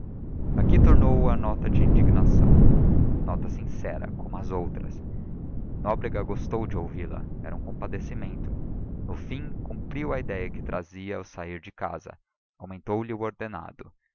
aqui tornou a nota da indignação nota sincera como as outras nóbrega gostou de ouvi-la era um compadecimento no fim cumpriu a ideia que trazia ao sair de casa aumentou lhe o ordenado